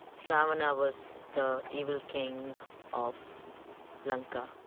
ravana was the evil king of lanka